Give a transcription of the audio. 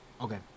Okay